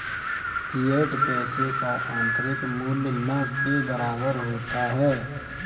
fiat पैसे का आंतरिक मूल्य न के बराबर होता है